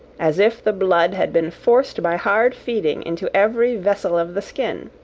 as if the blood had been forced by hard feeding into every vessel of the skin